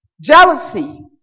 Jealousy